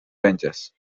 benches